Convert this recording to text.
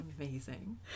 amazing